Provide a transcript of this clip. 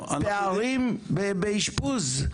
לא- הפערים באשפוז.